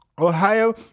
Ohio